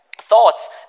thoughts